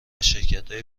شرکتهای